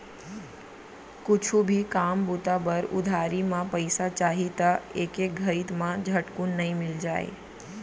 कुछु भी काम बूता बर उधारी म पइसा चाही त एके घइत म झटकुन नइ मिल जाय